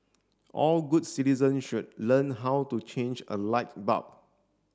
all good citizen should learn how to change a light bulb